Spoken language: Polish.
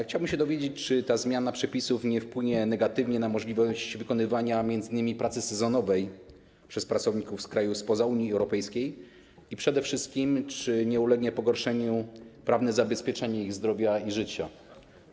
Chciałbym się dowiedzieć, czy ta zmiana przepisów nie wpłynie negatywnie na możliwość wykonywania m.in. pracy sezonowej przez pracowników z krajów spoza Unii Europejskiej i przede wszystkim czy nie ulegnie pogorszeniu prawne zabezpieczenie ich zdrowia i życia.